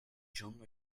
john